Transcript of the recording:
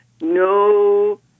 No